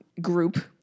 group